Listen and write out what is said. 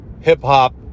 Hip-hop